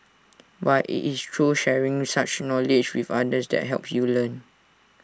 but IT is through sharing such knowledge with others that helps you learn